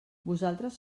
vosaltres